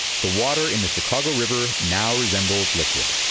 the water in the chicago river now resembles liquid.